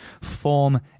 form